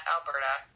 Alberta